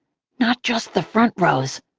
not just the front rows,